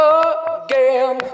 again